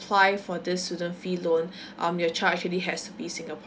for this student fee loan um your child actually has to be singaporean